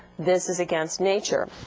this is against nature.